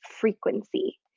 frequency